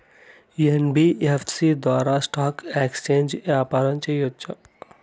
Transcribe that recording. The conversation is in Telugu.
యన్.బి.యఫ్.సి ద్వారా స్టాక్ ఎక్స్చేంజి వ్యాపారం సేయొచ్చా?